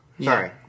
Sorry